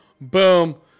Boom